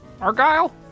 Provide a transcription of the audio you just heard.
Argyle